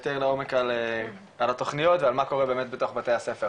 לעומק על התוכניות ועל מה קורה באמת בתוך בתי הספר